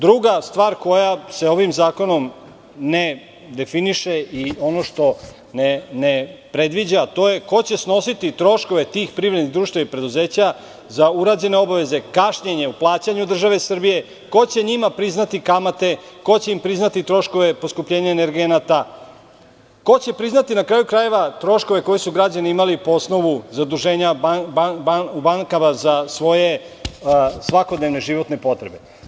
Druga stvar koja se ovim zakonom ne definiše i ono što ne predviđa, ko će snositi troškove tih privrednih društava i preduzeća za urađene obaveze, kašnjenje u plaćanju države Srbije, ko će njima priznati kamate, troškove, poskupljenje energenata, ko će priznati troškove koje su građani imali po osnovu zaduženja bankama za svoje svakodnevne životne potrebe.